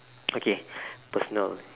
okay personal